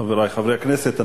חברי חברי הכנסת,